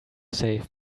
save